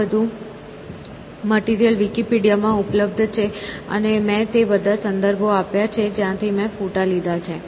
આ બધું મટીરીયલ વિકિપિડિયામાં ઉપલબ્ધ છે અને મેં તે બધા સંદર્ભો આપ્યાં છે જ્યાંથી મેં ફોટા લીધા છે